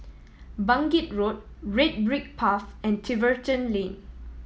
Bangkit Road Red Brick Path and Tiverton Lane